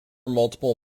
multiple